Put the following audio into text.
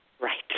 Right